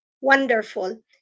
Wonderful